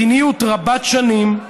מדיניות רבת-שנים,